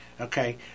okay